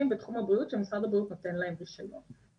בתחום הבריאות שמשרד הבריאות נותן להם את הרישיון.